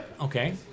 Okay